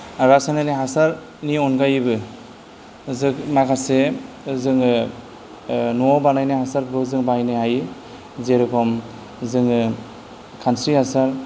रासायनारि हासारनि अनगायैबो जों माखासे जोङो न'आव बानायनाय हासारखौ जों बाहायनो हायो जेरखम जोङो खानस्रि हासार